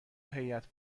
هیات